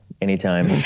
anytime